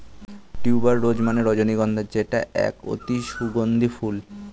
tuber rose মানে রজনীগন্ধা যেটা এক অতি সুগন্ধি ফুল